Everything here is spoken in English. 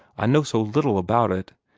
i know so little about it.